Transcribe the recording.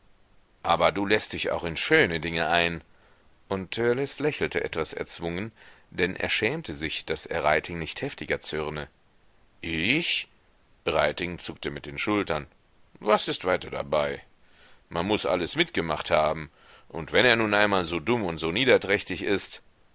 aber du läßt dich auch in schöne dinge ein und törleß lächelte etwas erzwungen denn er schämte sich daß er reiting nicht heftiger zürne ich reiting zuckte mit den schultern was ist weiter dabei man muß alles mitgemacht haben und wenn er nun einmal so dumm und so niederträchtig ist